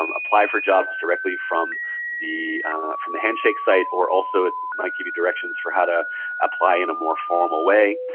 um apply for jobs directly from the from the handshake site, or also it might give you directions for how to apply in a more formal way.